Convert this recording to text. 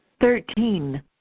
Thirteen